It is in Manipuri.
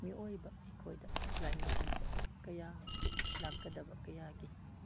ꯃꯤꯑꯣꯏꯕ ꯑꯩꯈꯣꯏꯗ ꯂꯥꯏꯅꯥ ꯂꯥꯏꯆꯠ ꯀꯌꯥ ꯂꯥꯛꯀꯗꯕ ꯀꯌꯥꯒꯤ